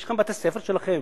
יש לכם בתי-ספר שלכם.